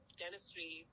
dentistry